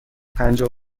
پنجاه